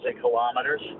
kilometers